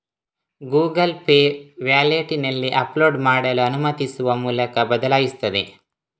Google Pay ವ್ಯಾಲೆಟಿನಲ್ಲಿ upload ಮಾಡಲು ಅನುಮತಿಸುವ ಮೂಲಕ ಬದಲಾಯಿಸುತ್ತದೆ